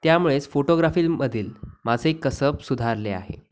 त्यामुळेच फोटोग्राफीमधील माझे कसब सुधारले आहे